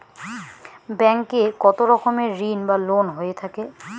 Bank এ কত রকমের ঋণ বা লোন হয়ে থাকে?